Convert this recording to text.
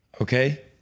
okay